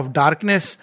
darkness